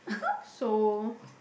so